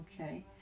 Okay